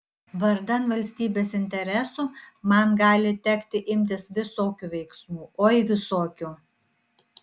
vardan valstybės interesų man gali tekti imtis visokių veiksmų oi visokių